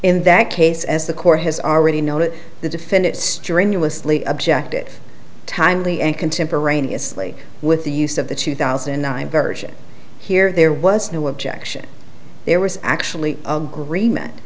in that case as the court has already noted the defendant strenuously object it timely and contemporaneously with the use of the two thousand and nine version here there was no objection there was actually agree meant